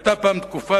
היתה פעם תקופה,